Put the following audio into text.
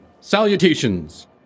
Salutations